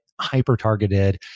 hyper-targeted